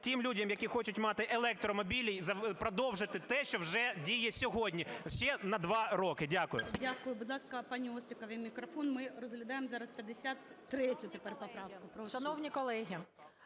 тим людям, які хочуть мати електромобілі, продовжити те, що вже діє сьогодні, ще на два роки. Дякую. ГОЛОВУЮЧИЙ. Дякую. Будь ласка, пані Остріковій мікрофон. Ми розглядаємо зараз 53-ю тепер поправку. Прошу.